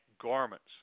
garments